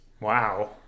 Wow